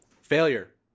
Failure